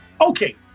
okay